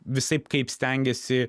visaip kaip stengiasi